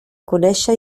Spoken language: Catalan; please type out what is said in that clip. conéixer